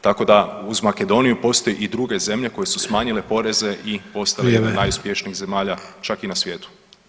Tako da uz Makedoniju postoje i druge zemlje koje su smanjile poreze i postale najuspješnijih zemalja čak i na svijetu.